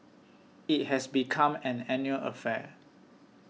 it has become an annual affair